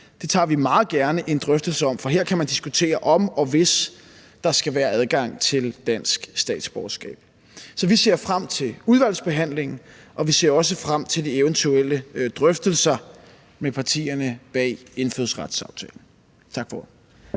Det tager vi meget gerne en drøftelse om, for her kan man diskutere, om og hvis der skal være adgang til dansk statsborgerskab. Så vi ser frem til udvalgsbehandlingen, og vi ser også frem til de eventuelle drøftelser med partierne bag indfødsretsaftalen. Tak for